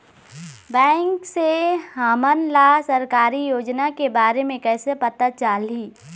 Bank से हमन ला सरकारी योजना के बारे मे कैसे पता चलही?